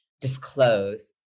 disclose